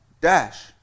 dash